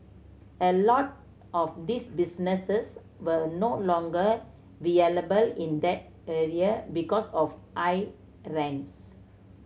a lot of these businesses were no longer in that area because of high rents